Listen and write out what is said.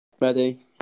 Ready